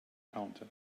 counter